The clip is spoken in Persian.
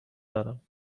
دارم